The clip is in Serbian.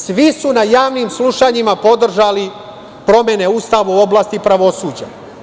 Svi su na javnim slušanjima podržali promene Ustava u oblasti pravosuđa.